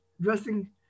dressing